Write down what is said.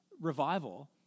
revival